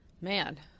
man